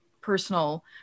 personal